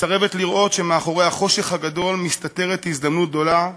מסרבת לראות שמאחורי החושך הגדול מסתתרת הזדמנות גדולה.